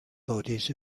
bodies